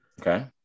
Okay